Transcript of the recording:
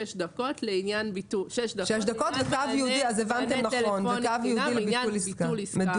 של שש דקות לעניין מענה טלפוני חינם לעניין ביטול עסקה.